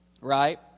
Right